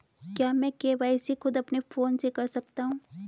क्या मैं के.वाई.सी खुद अपने फोन से कर सकता हूँ?